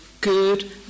good